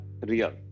real